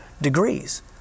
degrees